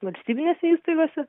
valstybinėse įstaigose